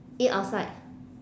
eat outside